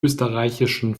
österreichischen